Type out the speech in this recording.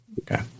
Okay